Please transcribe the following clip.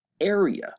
area